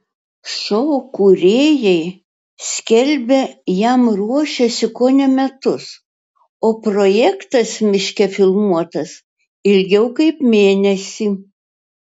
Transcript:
šou kūrėjai skelbia jam ruošęsi kone metus o projektas miške filmuotas ilgiau kaip mėnesį